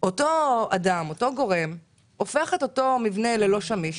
אדם או גורם שהופך את אותו מבנה ללא שמיש